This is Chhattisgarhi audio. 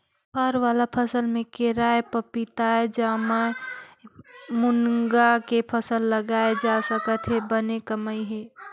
फर वाला फसल में केराएपपीताएजामएमूनगा के फसल लगाल जा सकत हे बने कमई हे